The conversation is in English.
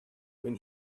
when